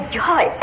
joy